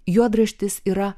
juodraštis yra